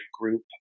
group